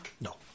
No